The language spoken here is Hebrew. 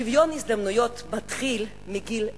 שוויון הזדמנויות מתחיל מגיל אפס.